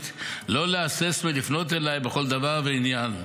לא להסס מלפנות אליי בכל דבר ועניין.